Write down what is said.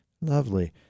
lovely